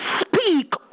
speak